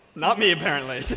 not me, apparently.